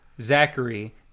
Zachary